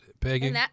Peggy